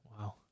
Wow